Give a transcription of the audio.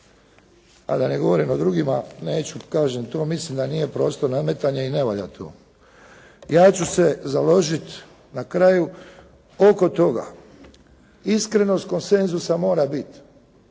A da ne govorim o drugima, neću, kažem to mislim da nije prostor nametanja i ne valja to. Ja ću se založiti na kraju oko toga iskrenost konsenzusa treba biti,